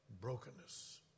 brokenness